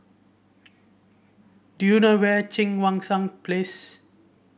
do you know where Cheang Wan Seng Place